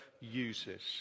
uses